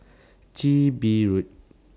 Chin Bee Road